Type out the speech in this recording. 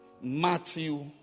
Matthew